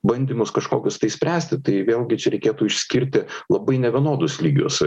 bandymus kažkokius tai spręsti tai vėlgi čia reikėtų išskirti labai nevienodus lygius